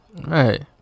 Right